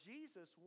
Jesus